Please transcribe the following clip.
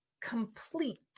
complete